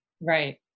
Right